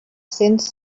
cents